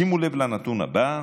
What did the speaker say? שימו לב לנתון הבא: